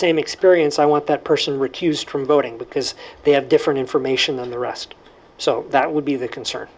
same experience i want that person recused from voting because they have different information than the rest so that would be the concern